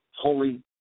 holy